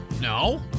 No